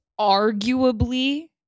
arguably